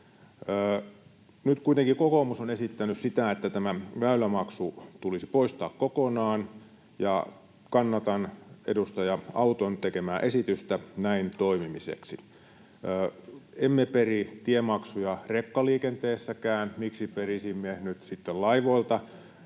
Nyt kuitenkin kokoomus on esittänyt sitä, että väylämaksu tulisi poistaa kokonaan, ja kannatan edustaja Auton tekemää esitystä näin toimimiseksi. Emme peri tiemaksuja rekkaliikenteessäkään, miksi perisimme nyt sitten laivoilta?